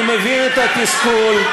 אני מבין את התסכול.